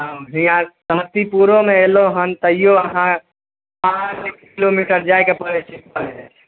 हियाँ समस्तीपुरोमे अएलहुँ हँ तैओ अहाँ पाँच किलोमीटर जाइके पड़ै छै कॉलेज